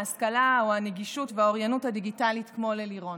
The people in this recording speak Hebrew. ההשכלה או הנגישות והאוריינות הדיגיטלית כמו ללירון?